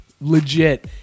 legit